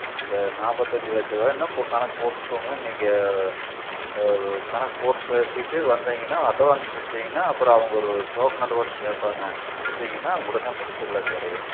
அந்த நாற்பத்தஞ்சி லட்ச ரூபானா போ கணக்கு போட்டுக்கோங்க நீங்கள் கணக்கு போட்டு பேசிவிட்டு வந்திங்கன்னால் அட்வான்ஸ் கொடுத்தீங்கன்னா அப்புறம் அவங்க ஒரு டோக்கன் அட்வான்ஸ் கேட்பாங்க கொடுத்தீங்கன்னா உடனே முடிச்சிடலாம் கிரையம்